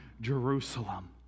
Jerusalem